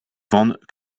vendent